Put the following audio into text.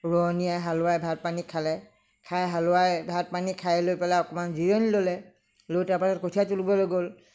ৰোৱনীয়ে হালোৱাই ভাত পানী খালে খাই হালোৱাই ভাত পানী খাই লৈ পেলাই অকমান জিৰণী ল'লে লৈ তাৰ পৰা কঠিয়া তুলিবলৈ গ'ল